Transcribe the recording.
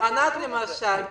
ענת למשל,